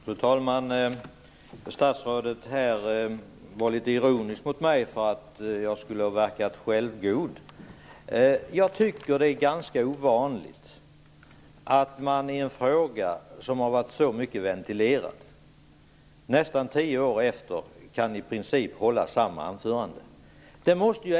Herr talman! Statsrådet var litet ironisk mot mig för att jag skulle ha verkat självgod. Jag tycker att det är ganska ovanligt att man i en fråga, som har ventilerats så mycket, nästan tio år senare kan hålla i princip samma anförande.